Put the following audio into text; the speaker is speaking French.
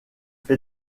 fait